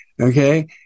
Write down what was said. Okay